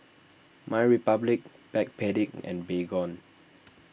MyRepublic Backpedic and Baygon